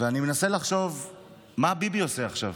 ואני מנסה לחשוב מה ביבי עושה עכשיו?